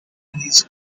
his